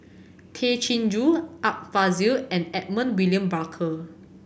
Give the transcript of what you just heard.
Tay Chin Joo Art Fazil and Edmund William Barker